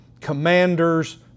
commanders